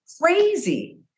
crazy